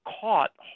caught